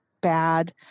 bad